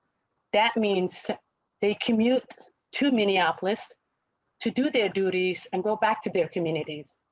that means they commute to minneapolis to do their duties and go back to their communities.